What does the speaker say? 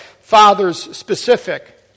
fathers-specific